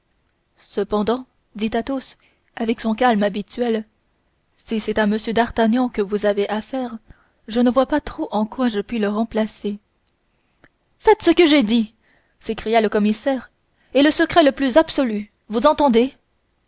cependant dit athos avec son calme habituel si c'est à m d'artagnan que vous avez affaire je ne vois pas trop en quoi je puis le remplacer faites ce que j'ai dit s'écria le commissaire et le secret le plus absolu vous entendez